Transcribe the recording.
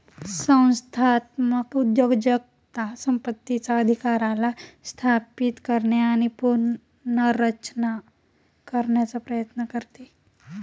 संस्थात्मक उद्योजकता संपत्तीचा अधिकाराला स्थापित करणे आणि पुनर्रचना करण्याचा प्रयत्न करते